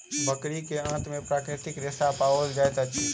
बकरी के आंत में प्राकृतिक रेशा पाओल जाइत अछि